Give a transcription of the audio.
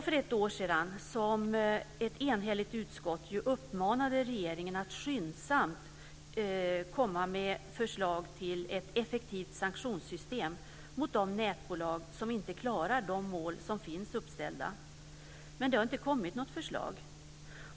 För ett år sedan uppmanade ett enhälligt utskott regeringen att skyndsamt komma med förslag till ett effektivt sanktionssystem mot de nätbolag som inte klarar de mål som är uppställda. Men det har inte kommit något förslag.